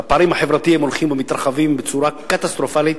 והפערים החברתיים הולכים ומתרחבים בצורה קטסטרופלית,